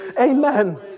amen